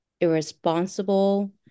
irresponsible